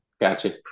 Gotcha